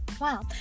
wow